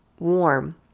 warm